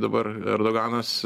dabar erdoganas